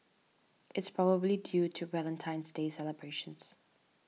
it's probably due to Valentine's Day celebrations